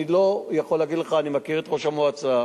אני לא יכול להגיד לך, אני מכיר את ראש המועצה,